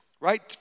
right